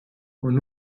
und